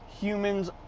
humans